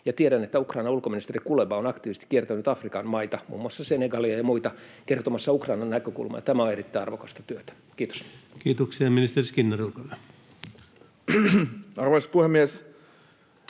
tiedän, että Ukrainan ulkoministeri Kuleba on aktiivisesti kiertänyt Afrikan maita, muun muassa Senegalia ja muita, kertomassa Ukrainan näkökulmaa, ja tämä on erittäin arvokasta työtä. — Kiitos. Kiitoksia. — Ja ministeri Skinnari, olkaa hyvä. Arvoisa puhemies!